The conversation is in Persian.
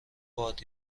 باد